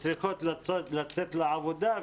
שצריכות לצאת לעבודה.